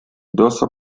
dorsal